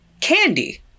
candy